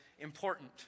important